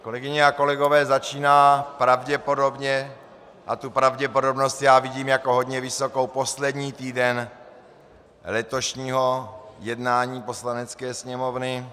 Kolegyně a kolegové, začíná pravděpodobně, a tu pravděpodobnost já vidím jako hodně vysokou, poslední týden letošního jednání Poslanecké sněmovny.